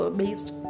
based